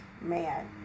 man